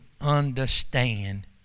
understand